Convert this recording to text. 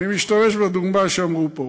אני משתמש בדוגמה שאמרו פה.